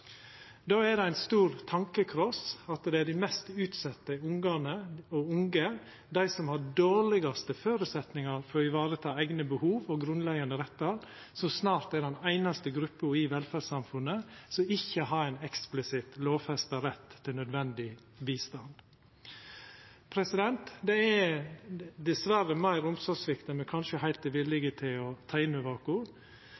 Då er det ein stor tankekross at det er dei mest utsette ungane og dei unge, dei som har dei dårlegaste føresetnadene for å vareta eigne behov og grunnleggjande rettar, som snart er den einaste gruppa i velferdssamfunnet som ikkje har ein eksplisitt lovfesta rett til nødvendig hjelp. Det er dessverre meir omsorgssvikt enn me kanskje heilt